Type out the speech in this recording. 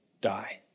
die